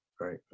right